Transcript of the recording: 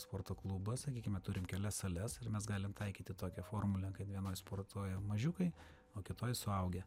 sporto klubą sakykime turime kelias sales ir mes galim taikyti tokią formulę kaip vienoj sportuoja mažiukai o kitoj suaugę